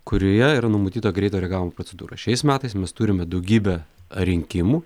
kurioje yra numatyta greito reagavimo procedūra šiais metais mes turime daugybę rinkimų